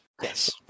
Yes